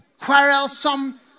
quarrelsome